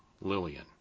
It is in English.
Lillian